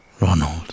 Ronald